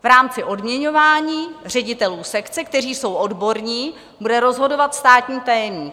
V rámci odměňování ředitelů sekce, kteří jsou odborní, bude rozhodovat státní tajemník.